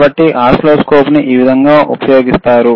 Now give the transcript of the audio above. కాబట్టి ఓసిల్లోస్కోప్లను ఈ విధంగా ఉపయోగిస్తారు